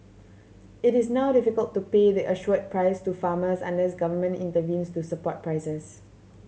it is now difficult to pay the assured price to farmers unless government intervenes to support prices